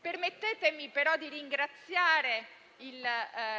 Permettetemi però di ringraziare il